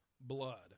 blood